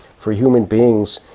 for human beings,